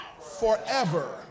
forever